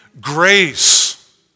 grace